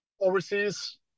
overseas